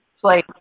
place